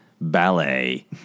ballet